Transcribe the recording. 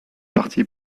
parti